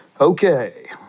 Okay